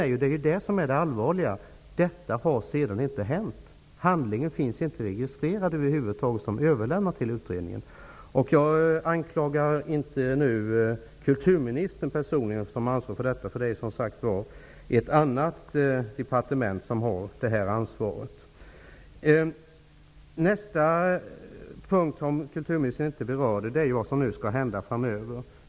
Det allvarliga är att detta sedan inte har skett. Handlingen finns över huvud taget inte registrerad som överlämnad till utredningen. Jag anklagar nu inte kulturministern som personligt ansvarig för detta. Det är ju, som sagt var, ett annat departement som har detta ansvar. En annan punkt som kulturministern inte berörde är vad som nu skall hända framöver.